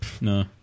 No